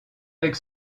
avec